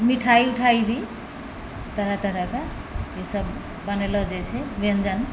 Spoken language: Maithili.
मिठाई उठाई भी तरह तरहके ई सब बनेलो जाइ छै व्यञ्जन